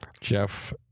Jeff